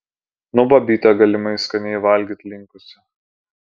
nu babytė galimai skaniai valgyt linkusi